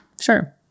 Sure